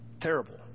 Terrible